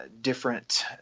different